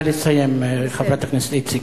נא לסיים, חברת הכנסת איציק.